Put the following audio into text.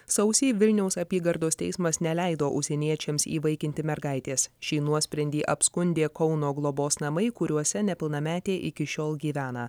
sausį vilniaus apygardos teismas neleido užsieniečiams įvaikinti mergaitės šį nuosprendį apskundė kauno globos namai kuriuose nepilnametė iki šiol gyvena